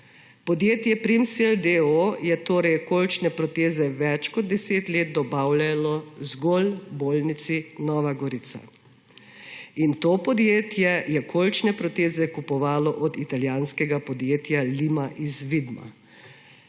Podjetje Primsell d. o. o. je torej kolčne proteze več kot 10 let dobavljalo zgolj bolnici Nova Gorica. To podjetje je kolčne proteze kupovalo od italijanskega podjetja Lima iz Vidma.